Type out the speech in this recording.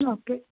okay